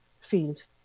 field